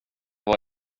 vad